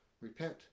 repent